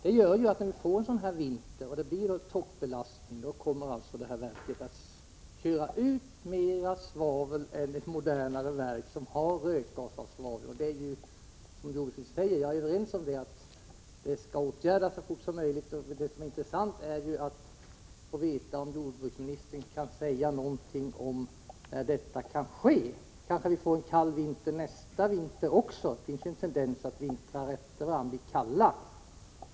Det gör att när vi får en sådan här vinter och det blir en toppbelastning, då kommer detta verk att köra ut mer svavel än ett modernare verk som har rökgasavsvavling. Jag är överens med jordbruksministern om att detta skall åtgärdas så fort som möjligt. Det som är intressant är att få veta om jordbruksministern kan säga någonting om när detta kan ske. Kanske vi får en kall vinter nästa år också. Det finns en tendens att fler vintrar efter varandra blir kalla.